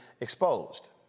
exposed